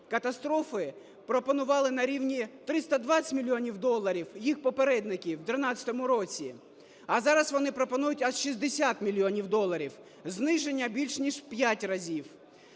катастрофи, пропонували на рівні 320 мільйонів доларів їх попередники в 2013 році, а зараз вони пропонують аж 60 мільйонів доларів – зниження більш ніж в 5 разів.